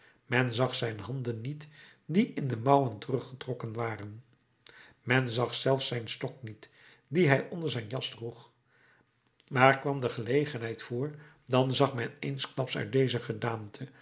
men zag zijn handen niet die in de mouwen teruggetrokken waren men zag zelfs zijn stok niet dien hij onder zijn jas droeg maar kwam de gelegenheid voor dan zag men eensklaps uit deze gedaante